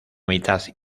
mitad